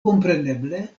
kompreneble